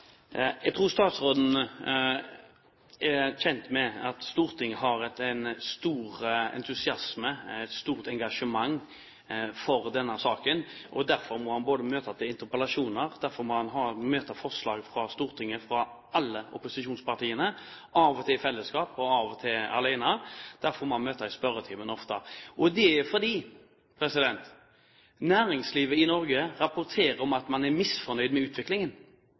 Jeg tror statsråden er kjent med at Stortinget har en stor entusiasme og et stort engasjement for denne saken, og derfor må han møte til interpellasjoner, og derfor må han møte forslag fra Stortinget, fra alle opposisjonspartiene – av og til i fellesskap, og av og til fra ett – og derfor må han møte ofte i spørretimen. Det er fordi næringslivet i Norge rapporterer om at man er misfornøyd med utviklingen.